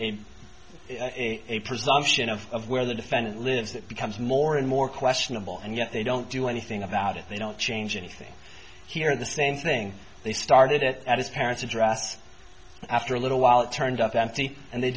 a presumption of where the defendant lives it becomes more and more questionable and yet they don't do anything about it they don't change anything here the same thing they started it at his parents address after a little while it turned up empty and they